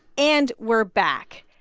and we're back.